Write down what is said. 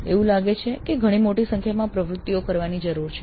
એવું લાગે છે કે ઘણી મોટી સંખ્યામાં પ્રવૃત્તિઓ કરવાની જરૂર છે